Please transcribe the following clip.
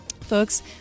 Folks